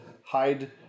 Hide